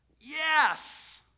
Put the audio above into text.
yes